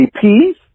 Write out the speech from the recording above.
peace